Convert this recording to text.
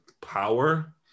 power